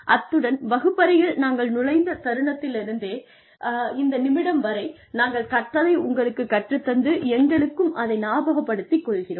அத்துடன் வகுப்பறையில் நாங்கள் நுழைந்த தருணத்திலிருந்து இந்த நிமிடம் வரை நாங்கள் கற்றதை உங்களுக்கு கற்றுத் தந்து எங்களுக்கும் அதை ஞாபகப்படுத்தி கொள்கிறோம்